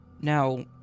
Now